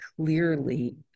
clearly